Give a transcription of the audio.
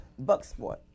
Bucksport